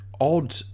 odd